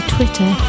Twitter